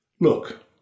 Look